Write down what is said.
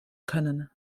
können